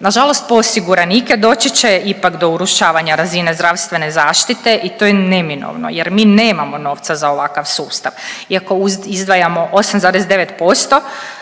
Na žalost po osiguranike doći će ipak do urušavanja razine zdravstvene zaštite i to je neminovno, jer mi nemamo novca za ovakav sustav. Iako izdvajamo 8,9%